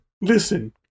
Listen